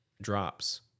drops